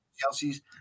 Chelsea's